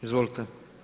Izvolite.